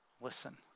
Listen